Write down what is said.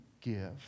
give